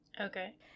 Okay